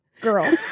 Girl